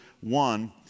one